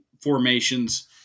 formations